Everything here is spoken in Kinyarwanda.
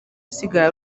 asigaye